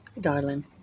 darling